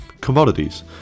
commodities